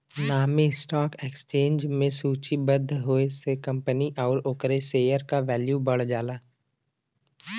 नामी stock exchange में सूचीबद्ध होये से कंपनी आउर ओकरे शेयर क वैल्यू बढ़ जाला